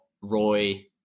Roy